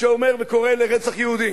שאומר וקורא לרצח יהודים,